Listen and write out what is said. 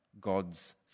God's